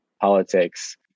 politics